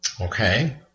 okay